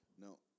No